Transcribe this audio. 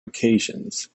occasions